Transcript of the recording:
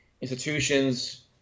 Institutions